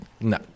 No